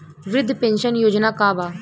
वृद्ध पेंशन योजना का बा?